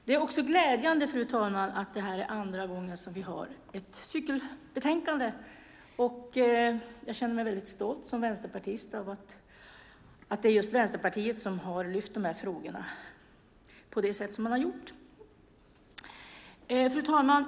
Det är ändå glädjande, fru talman, att det här är andra gången som vi har ett cykelbetänkande. Jag känner mig väldigt stolt som vänsterpartist, för det är just Vänsterpartiet som har lyft de här frågorna på det sätt som det gjorts. Fru talman!